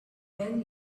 well